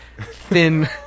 thin